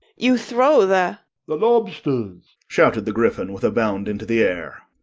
you throw the the lobsters shouted the gryphon, with a bound into the air.